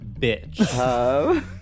bitch